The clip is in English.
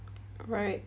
right